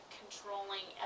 controlling